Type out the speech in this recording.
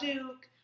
Duke